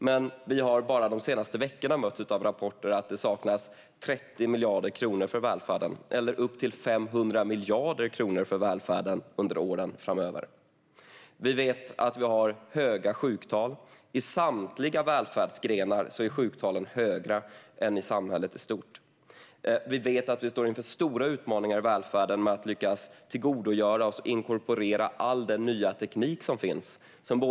Men bara de senaste veckorna har vi mötts av rapporter om att det saknas 30 miljarder kronor för välfärden, eller upp till 500 miljarder för välfärden under åren framöver. Vi vet att vi har höga sjuktal. I samtliga välfärdsgrenar är sjuktalen högre än i samhället i stort. Vi vet att vi står inför stora utmaningar i välfärden när det gäller att lyckas tillgodogöra oss och inkorporera all den nya teknik som finns.